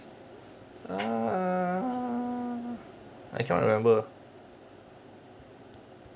a'ah ah I cannot remember